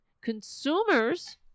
consumers